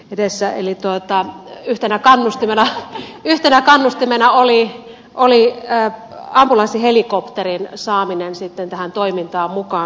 edessä eli tuottaa yhtenä kannustimena yhtenä kannustimena oli oli ambulanssihelikopterin saaminen sitten tähän toimintaan mukaan